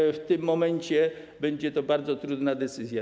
I w tym momencie będzie to bardzo trudna decyzja.